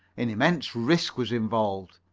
an immense risk was involved.